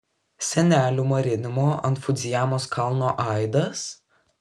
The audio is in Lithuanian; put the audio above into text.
senelių marinimo ant fudzijamos kalno aidas